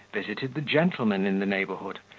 visited the gentlemen in the neighbourhood,